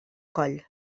coll